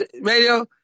radio